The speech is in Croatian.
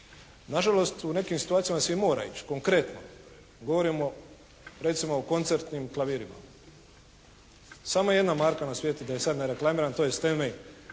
Nažalost u nekim situacijama se i mora ići. Konkretno, govorimo recimo i koncertnim klavirima. Samo jedna marka na svijetu, da je sad ne reklamiram, to je «Steinmei»